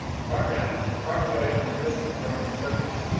far down, and far away on the distant broken surface,